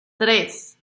tres